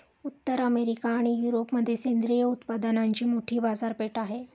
उत्तर अमेरिका आणि युरोपमध्ये सेंद्रिय उत्पादनांची मोठी बाजारपेठ आहे